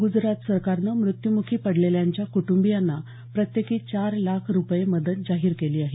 गुजरात सरकारनं मृत्युमुखी पडलेल्यांच्या कुटुंबीयांना प्रत्येकी चार लाख रुपये मदत जाहीर केली आहे